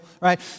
right